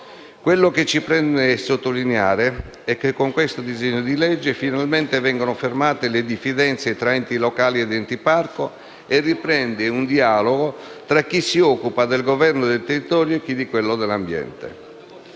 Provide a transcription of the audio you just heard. Quello che ci preme sottolineare è che con questo disegno di legge finalmente vengono meno le diffidenze tra enti locali ed enti parco e riprende un dialogo tra chi si occupa del governo del territorio e chi di quello dell'ambiente.